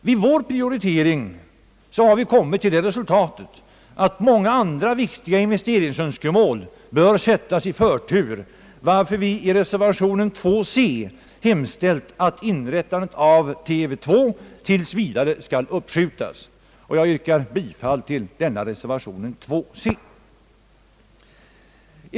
Vid vår prioritering har vi kommit till det resultatet att många andra viktiga investeringsändamål bör sättas i förtur, varför vi i reservation c hemställt att inrättandet av TV 2 tills vidare skall uppskjutas. Jag yrkar bifall också till den reservationen.